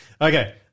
Okay